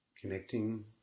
Connecting